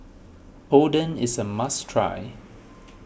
Oden is a must try